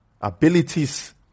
abilities